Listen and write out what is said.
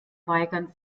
weigern